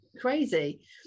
crazy